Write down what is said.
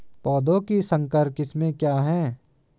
पौधों की संकर किस्में क्या हैं?